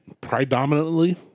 predominantly